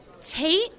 Tate